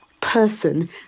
person